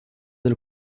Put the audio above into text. del